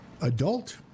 Adult